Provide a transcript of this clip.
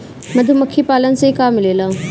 मधुमखी पालन से का मिलेला?